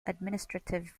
administrative